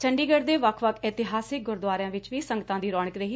ਚੰਡੀਗੜੁ ਦੇ ਵੱਖ ਵੱਖ ਇਤਿਹਾਸਕ ਗੁਰਦੁਆਰਿਆਂ ਵਿਚ ਵੀ ਸੰਗਤਾਂ ਦੀ ਰੋਣਕ ਰਹੀ